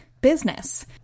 business